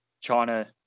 China